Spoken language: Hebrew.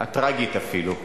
הטרגית אפילו,